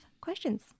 questions